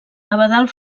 abadal